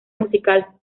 musical